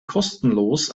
kostenlos